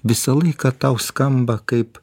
visą laiką tau skamba kaip